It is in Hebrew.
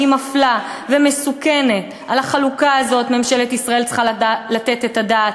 שהיא מפלה ומסוכנת על החלוקה הזאת ממשלת ישראל צריכה לתת את הדעת,